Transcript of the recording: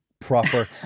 proper